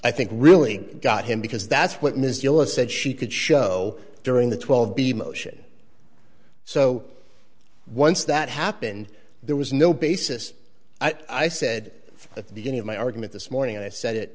i think really got him because that's what ms eula said she could show during the twelve b motion so once that happened there was no basis i said at the beginning of my argument this morning and i said it